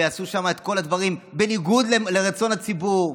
ועשו שם את כל הדברים בניגוד לרצון הציבור,